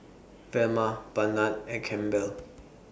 Velma Barnard and Campbell